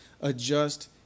adjust